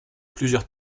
plusieurs